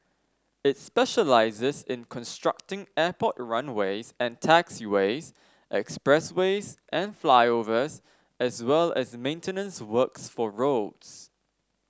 it specialises in constructing airport runways and taxiways expressways and flyovers as well as maintenance works for roads